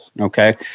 okay